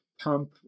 pump